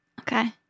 Okay